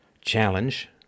challenge